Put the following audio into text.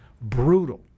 brutal